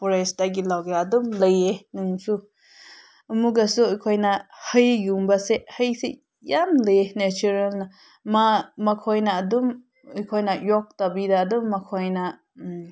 ꯐꯣꯔꯦꯖꯇꯒꯤ ꯂꯧꯒꯦꯔ ꯑꯗꯨꯝ ꯂꯩꯌꯦ ꯅꯨꯡꯁꯨ ꯑꯃꯨꯛꯀꯁꯨ ꯑꯩꯈꯣꯏꯅ ꯍꯩꯒꯨꯝꯕꯁꯦ ꯍꯩꯁꯤ ꯌꯥꯝ ꯂꯩꯌꯦ ꯅꯦꯆꯔꯦꯜꯅ ꯃꯥ ꯃꯈꯣꯏꯅ ꯑꯗꯨꯝ ꯑꯩꯈꯣꯏꯅ ꯌꯣꯛꯇꯕꯤꯗ ꯑꯗꯨꯝ ꯃꯈꯣꯏꯅ